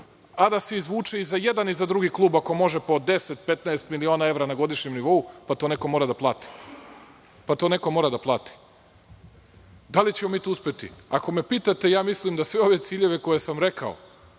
A da se izvuče i za jedan i za drugi klub ako može po 10-15 miliona evra na godišnjem nivou. Pa to neko mora da plati. Da li ćemo mi to uspeti? Ako me pitate ja mislim da sve ove ciljeve koje sam rekao